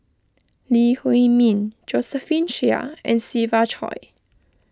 Lee Huei Min Josephine Chia and Siva Choy